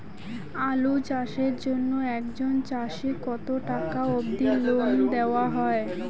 আলু চাষের জন্য একজন চাষীক কতো টাকা অব্দি লোন দেওয়া হয়?